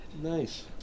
Nice